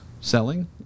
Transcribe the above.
selling